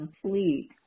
complete